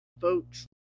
folks